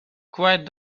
quiet